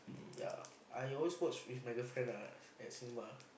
ya I always watch with my girlfriend ah at cinema